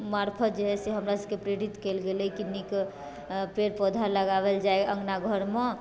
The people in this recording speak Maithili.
मार्फत जे है हमरा सबके प्रेरित कयल गेलै की नीक पेड़ पौधा लगाबल जाइ अँगना घरमे